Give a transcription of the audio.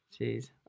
Jeez